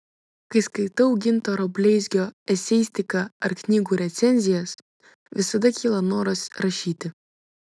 kai skaitau gintaro bleizgio eseistiką ar knygų recenzijas visada kyla noras rašyti